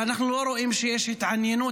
ואנחנו לא רואים שיש התעניינות.